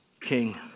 king